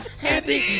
happy